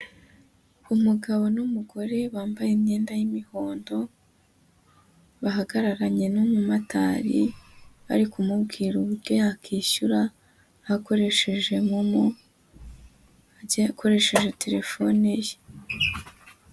Umugabo n'umugore bambaye imyenda y'imihondo, bahagararanye n'umumotari, bari kumubwira ubwe yakishyura hakoresheje momo, agiye akoresheje telefone ye.